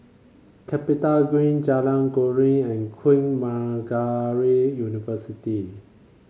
CapitaGreen Jalan Keruing and Queen Margaret University